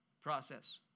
process